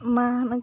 मा होनो